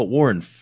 Warren